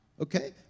Okay